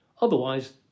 Otherwise